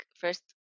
first